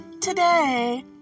Today